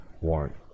warrant